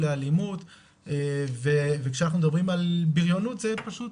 לאלימות וכשאנחנו מדברים על בריונות זו פשוט